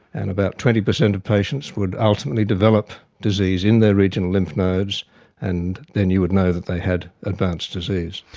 and about twenty percent of patients would ultimately develop disease in their regional lymph nodes and then you would know that they had advanced disease.